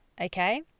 okay